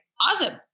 Awesome